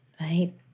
right